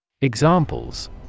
Examples